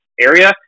area